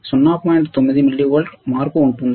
9 మిల్లీవోల్ట్ల మార్పు ఉంది